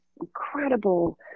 incredible